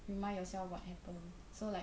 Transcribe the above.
remind yourself what happen so like